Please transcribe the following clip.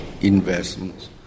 investments